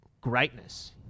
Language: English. greatness